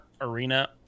Arena